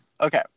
Okay